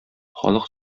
халык